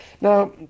Now